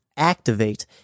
activate